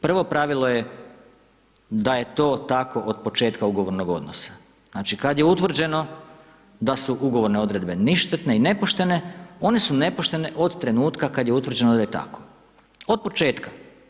Prvo pravilo je da je to tako od početka ugovornog odnosa.“ Znači, kad je utvrđeno da su ugovorne odredbe ništetne i nepoštene, one su nepoštene od trenutka kad je utvrđeno da je tako, od početka.